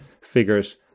figures